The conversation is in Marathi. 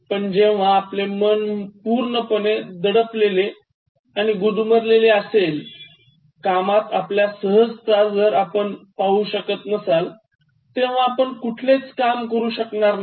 पण जेव्हा आपले मन पूर्णपणे दडपलेले आणि गुदमरलेले असेल कामात आपल्या सहजता जर आपण पाहू शकत नसाल तेव्हा आपण कुठलेच काम करू शकणार नाही